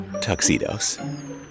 tuxedos